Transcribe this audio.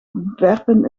werpen